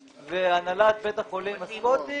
הנהלת בית החולים הסקוטי